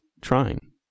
trying